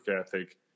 ethic